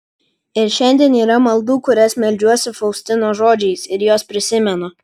ir šiandien yra maldų kurias meldžiuosi faustinos žodžiais ir juos prisimenu